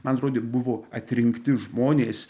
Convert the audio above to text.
man atrodė buvo atrinkti žmonės